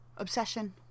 Obsession